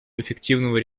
эффективного